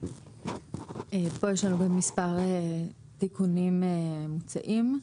יש לנו מספר תיקונים מוצעים.